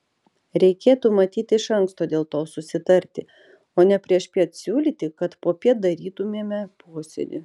reikėtų matyt iš anksto dėl to susitarti o ne priešpiet siūlyti kad popiet darytumėme posėdį